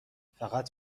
فقط